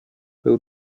był